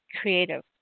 Creative